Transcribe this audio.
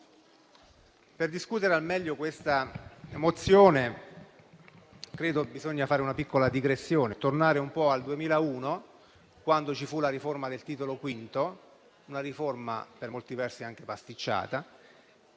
per discutere al meglio questa mozione credo si debba fare una piccola digressione e tornare un po' al 2001, quando ci fu la riforma del Titolo V, una riforma per molti versi anche pasticciata,